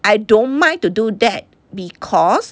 I don't mind to do that because